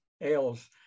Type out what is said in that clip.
ales